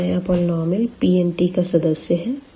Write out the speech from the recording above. यह नया पॉलिनॉमियल Pnका सदस्य है